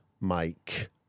Mike